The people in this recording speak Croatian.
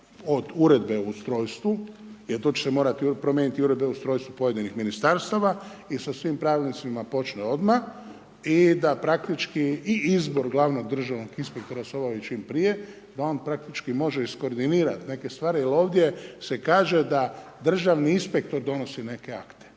od uredbe o ustrojstvu jer to će se morati promijeniti i uredbe o ustrojstvu pojedinih ministarstava i sa svim pravilnicima počne odmah i da praktički i izbor glavnog državnog inspektora se obavi čim prije da on praktički može iskordinirati neke stvari jer ovdje se kaže da državni inspektor donosi neke akte.